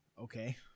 Okay